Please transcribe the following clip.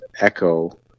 echo